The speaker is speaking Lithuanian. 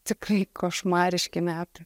tikrai košmariški metai